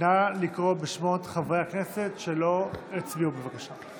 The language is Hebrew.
נא לקרוא בשמות חברי הכנסת שלא הצביעו, בבקשה.